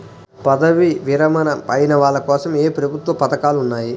పదవీ విరమణ అయిన వాళ్లకోసం ఏ ప్రభుత్వ పథకాలు ఉన్నాయి?